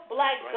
Black